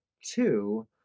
two